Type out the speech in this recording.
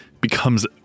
becomes